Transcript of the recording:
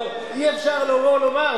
אבל אי-אפשר לבוא ולומר,